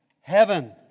heaven